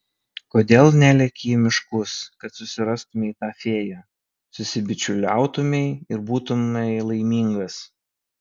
kodėl neleki į miškus kad susirastumei tą fėją susibičiuliautumei ir būtumei laimingas